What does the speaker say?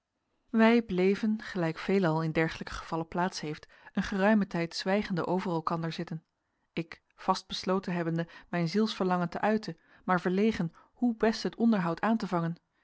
wij bleven gelijk veelal in dergelijke gevallen plaats heeft een geruimen tijd zwijgende over elkander zitten ik vast besloten hebbende mijn zielsverlangen te uiten maar verlegen hoe best het onderhoud aan te vangen